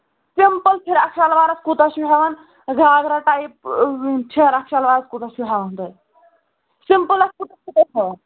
simple frock شَلوارَس کوٗتاہ چھُو ہٮ۪وان گاگرا ٹایپ فِراک شَلوارَس کوٗتاہ چھُو ہٮ۪وان تُہۍ سِمپٕلَس کوٗتاہ تُہۍ ہٮ۪وان